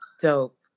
Dope